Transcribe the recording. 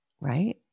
right